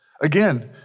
Again